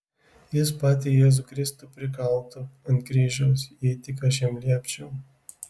jis patį jėzų kristų prikaltų ant kryžiaus jei tik aš jam liepčiau